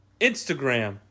Instagram